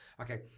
Okay